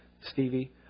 Stevie